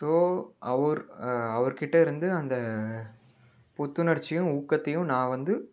so அவர் அவர்கிட்டருந்து அந்த புத்துணர்ச்சியும் ஊக்கத்தையும் நான் வந்து